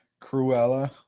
Cruella